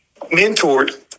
mentored